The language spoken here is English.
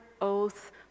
oath